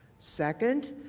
second,